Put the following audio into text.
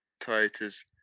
Toyota's